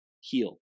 heal